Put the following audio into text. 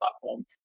platforms